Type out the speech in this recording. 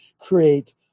create